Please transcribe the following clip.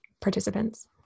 participants